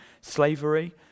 slavery